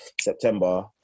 September